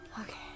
Okay